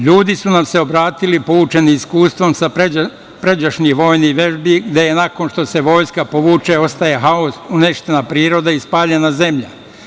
Ljudi su nam se obratili poučeni iskustvom sa pređašnjih vojnih vežbi gde nakon što se vojska povuče ostaje haos, uništena priroda i spaljena zemlja.